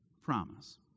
promise